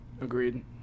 agreed